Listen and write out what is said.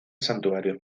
santuarios